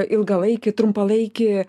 ilgalaikį trumpalaikį